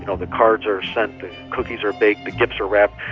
and the cards are sent cookies are baked, the gifts are wrapped,